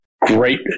great